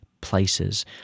places